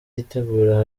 yitegura